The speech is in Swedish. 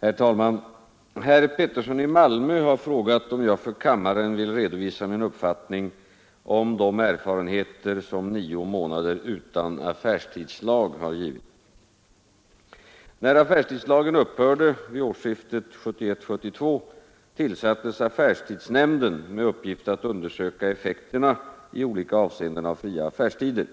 Herr talman! Herr Alf Pettersson i Malmö har frågat om jag för kammaren vill redovisa min uppfattning om de erfarenheter nio månader utan affärstidslag har givit. När affärstidslagen upphörde vid årsskiftet 1971—1972 tillsattes affärstidsnämnden med uppgift att undersöka effekterna i olika avseenden av fria affärstider.